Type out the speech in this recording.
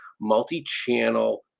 multi-channel